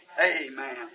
Amen